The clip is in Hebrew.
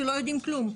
כשלא יודעים כלום?